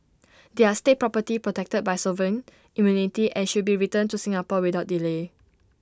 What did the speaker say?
they are state property protected by sovereign immunity and should be returned to Singapore without delay